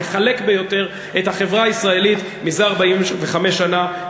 המחלק ביותר את החברה הישראלית מזה 45 שנה,